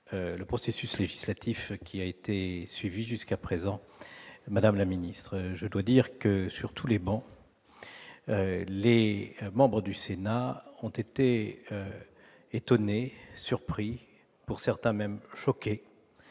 le processus législatif qui a été suivi jusqu'à présent. Madame la ministre, je dois dire que, sur toutes les travées de cet hémicycle, les membres du Sénat ont été étonnés, surpris et, pour certains, même choqués